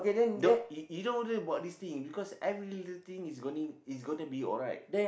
don't you you don't worry about this thing because every little thing is going is gonna be alright